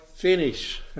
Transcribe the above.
finish